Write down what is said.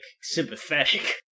sympathetic